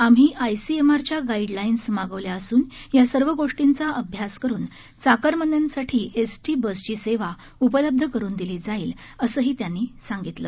आम्ही आयसीएमआरच्या गाईडलाइन्स मागवल्या अस्न या सर्व गोष्टींचा अभ्यास करून चाकरमान्यांसाठी एसटीची सेवा उपलब्ध करून दिली जाईल असंही त्यांनी सांगितलं